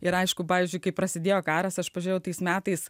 ir aišku pavyzdžiui kai prasidėjo karas aš pažiūrėjau tais metais